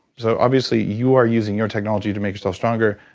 so obviously, you are using your technology to make yourself stronger.